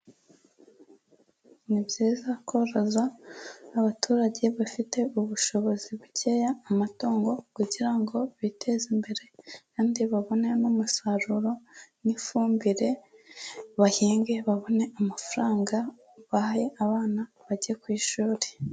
Ni byiza koroza abaturage bafite ubushobozi bukeya, amatungo kugira ngo biteze imbere, kandi babone n'umusaruro n'ifumbire, bahinge babone amafaranga, bahe abana bajye ku ishuri.